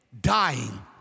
dying